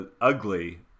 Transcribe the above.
ugly